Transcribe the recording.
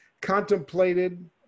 contemplated